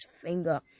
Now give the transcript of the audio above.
finger